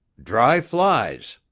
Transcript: dry flies,